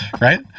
Right